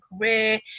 career